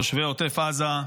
תושבי עוטף עזה,